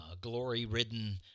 glory-ridden